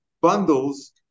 bundles